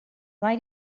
why